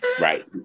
Right